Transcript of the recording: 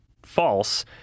False